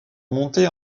montée